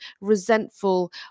resentful